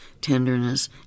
tenderness